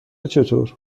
چطور